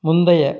முந்தைய